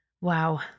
wow